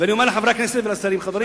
ואני אומר לחברי הכנסת ולשרים: חברים,